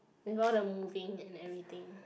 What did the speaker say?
with all the moving and everything